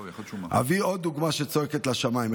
אתן עוד דוגמה שזועקת לשמיים,